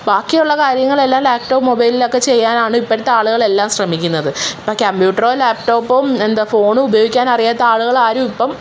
ബാക്കിയുള്ള കാര്യങ്ങൾ എല്ലാം ലാപ്ടോപ്പ് മൊബൈലിലൊക്കെ ചെയ്യാനാണ് ഇപ്പോഴത്തെ ആളുകളെല്ലാം ശ്രമിക്കുന്നത് ഇപ്പം ക്യമ്പ്യൂട്ടറോ ലാപ്ടോപ്പോ എന്താണ് ഫോണും ഉപയോഗിക്കാൻ അറിയാത്ത ആളുകൾ ആരും ഇപ്പം